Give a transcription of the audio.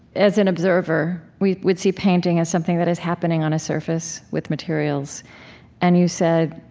as an observer, we'd we'd see painting as something that is happening on a surface with materials and you said,